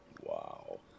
Wow